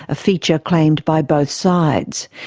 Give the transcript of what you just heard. a feature claimed by both sides.